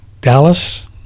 dallas